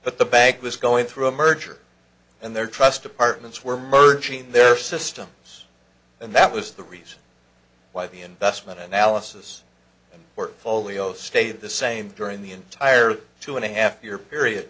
but the bank was going through a merger and their trust departments were merging their systems and that was the reason why the investment analysis and portfolio stay the same during the entire two and a half year period